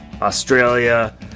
Australia